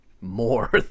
more